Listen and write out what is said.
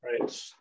right